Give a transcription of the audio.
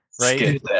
right